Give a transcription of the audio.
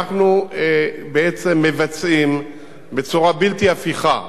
אנחנו בעצם מבצעים בצורה בלתי הפיכה,